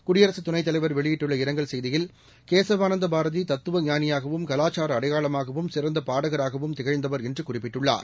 குடியரசு துணை தலைவர் வெளியிட்ட இரங்கல் செய்தியில் கேசவானந்த பாரதி தத்துவ ஞானியாகவும் கலாசார அடையாளமாகவும் சிறந்த பாடகராகவும் திகழ்ந்தவர் என்று குறிப்பிட்டுள்ளார்